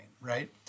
right